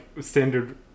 standard